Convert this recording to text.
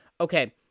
Okay